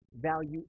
value